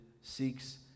seeks